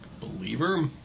Believer